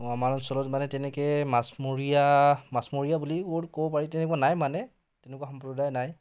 অঁ আমাৰ ওচৰত মানে তেনেকৈ মাছমৰীয়া মাছমৰীয়া বুলি ৱ'ৰ্ড ক'ব পাৰি তেনেকুৱা নাই মানে তেনেকুৱা সম্প্ৰদায় নাই